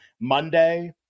Monday